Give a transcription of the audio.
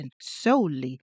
solely